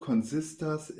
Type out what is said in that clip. konsistas